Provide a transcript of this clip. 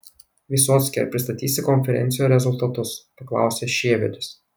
vysocki ar pristatysi konferencijoje rezultatus paklausė šėvelis